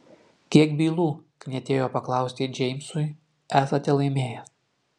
kiek bylų knietėjo paklausti džeimsui esate laimėjęs